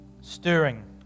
stirring